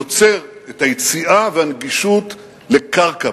יוצר את היציאה והנגישות לקרקע.